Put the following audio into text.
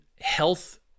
health